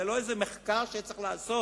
זה לא איזה מחקר שהיה צריך לעשות.